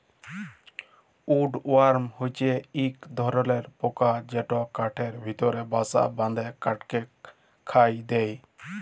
would worm হছে ইক ধরলর পকা যেট কাঠের ভিতরে বাসা বাঁধে কাঠকে খয়ায় দেই